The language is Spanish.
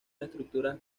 estructuras